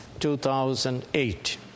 2008